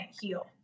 heal